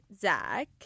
Zach